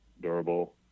durable